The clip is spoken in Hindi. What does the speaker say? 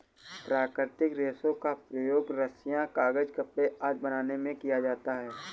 प्राकृतिक रेशों का प्रयोग रस्सियॉँ, कागज़, कपड़े आदि बनाने में किया जाता है